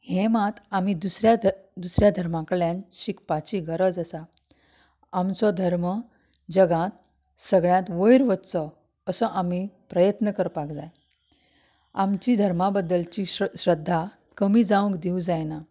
हे मात आमी दुसऱ्या दुसऱ्या धर्मा कडल्यान शिकपाची गरज आसा आमचो धर्म जगांत सगळ्यांत वयर वच्चो असो आमी प्रयत्न करपाक जाय आमची धर्मा बद्दलची श्रद श्रद्धा कमी जावंक दिंव जायना